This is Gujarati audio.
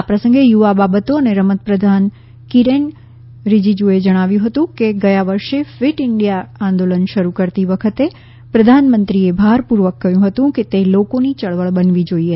આ પ્રસંગે યુવા બાબતો અને રમત પ્રધાન કિરેન રિજિજુએ જણાવ્યું કે ગયા વર્ષે ફીટ ઈન્ડિયા આંદોલન શરૂ કરતી વખતે પ્રધાનમંત્રીએ ભારપૂર્વક કહ્યું હતું કે તે લોકોની યળવળ બનવી જોઈએ